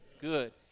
good